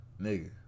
nigga